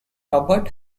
robert